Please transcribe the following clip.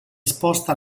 esposta